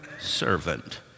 servant